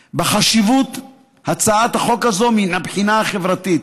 בחשיבות הצעת החוק הזו מן הבחינה החברתית.